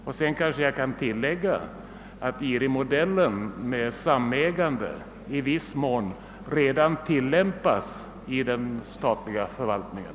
Jag får kanske tillägga att IRI-modellen med samägande i viss mån redan tillämpas inom den statliga förvaltningen.